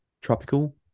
tropical